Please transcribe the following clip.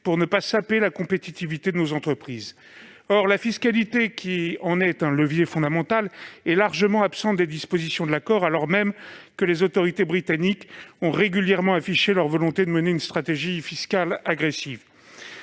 pour ne pas saper la compétitivité de nos entreprises. Or la fiscalité, qui en est un levier fondamental, est largement absente des dispositions de l'accord, alors même que les autorités britanniques ont régulièrement affiché leur volonté de mener une stratégie fiscale agressive.